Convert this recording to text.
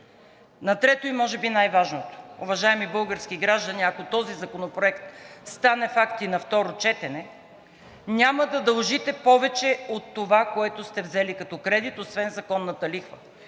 На трето – и може би най-важното, уважаеми български граждани, ако този законопроект стане факт и на второ четене, няма да дължите повече от това, което сте взели като кредит, освен законната лихва,